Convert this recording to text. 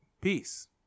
Peace